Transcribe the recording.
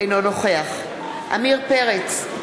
אינו נוכח עמיר פרץ,